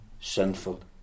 sinful